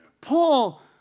Paul